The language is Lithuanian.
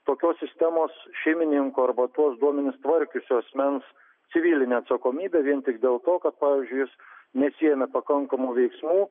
tokios sistemos šeimininko arba tuos duomenis tvarkiusio asmens civilinė atsakomybė vien tik dėl to kad pavyzdžiui jis nesiėmė pakankamų veiksmų